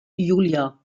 julia